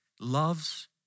Love's